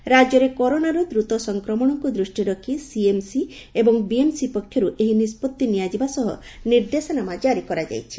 ରାକ୍ୟରେ କରୋନାର ଦ୍ରତ ସଂକ୍ରମଣକୁ ଦୂଷ୍ଟିରେ ରଖି ସିଏମ୍ସି ଏବଂ ବିଏମ୍ସି ପକ୍ଷରୁ ଏହି ନିଷ୍ବଭି ନିଆଯିବା ସହ ନିର୍ଦ୍ଦେଶନାମା ଜାରି କରାଯାଇଛି